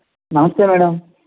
నమస్తే మేడం